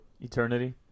Eternity